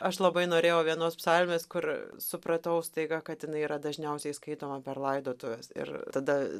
aš labai norėjau vienos psalmės kur supratau staiga kad jinai yra dažniausiai skaitoma per laidotuves ir tada